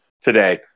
today